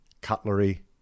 cutlery